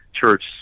church